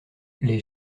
les